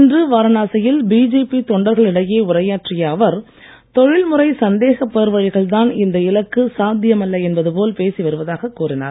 இன்று வாரணாசியில் பிஜேபி தொண்டர்களிடையே உரையாற்றிய அவர் தொழில்முறை சந்தேகப் பேர்வழிகள் தான் இந்த இலக்கு சாத்தியமல்ல என்பது போல் பேசி வருவதாக கூறினார்